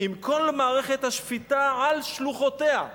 "עם כל מערכת השפיטה על שלוחותיה".